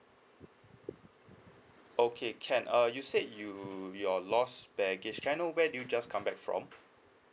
okay can uh you said you you're lost baggage can I know where do you just come back from